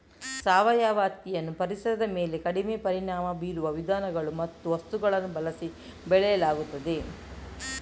ಸಾವಯವ ಹತ್ತಿಯನ್ನು ಪರಿಸರದ ಮೇಲೆ ಕಡಿಮೆ ಪರಿಣಾಮ ಬೀರುವ ವಿಧಾನಗಳು ಮತ್ತು ವಸ್ತುಗಳನ್ನು ಬಳಸಿ ಬೆಳೆಯಲಾಗುತ್ತದೆ